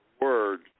word